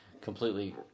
completely